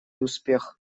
успех